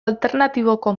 alternatiboko